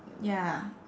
ya